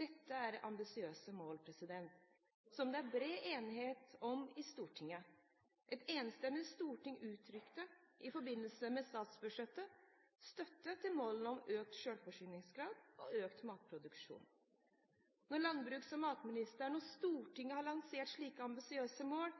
Dette er ambisiøse mål som det er bred enighet om i Stortinget. Et enstemmig storting uttrykte – i forbindelse med statsbudsjettet – støtte til målene om økt selvforsyningsgrad og økt matproduksjon. Når landbruks- og matministeren og Stortinget har lansert slike ambisiøse mål,